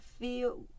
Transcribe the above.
feel